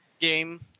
game